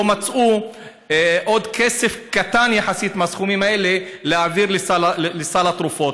לא מצאו עוד כסף קטן יחסית לסכומים האלה להעביר לסל התרופות.